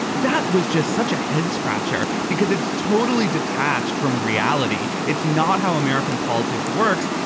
that was just such a head scratcher because it's totally detached from reality. it's not how american politics works.